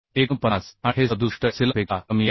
49 आणि हे 67 एप्सिलॉनपेक्षा कमी आहे